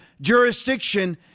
jurisdiction